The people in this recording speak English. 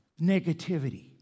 negativity